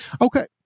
Okay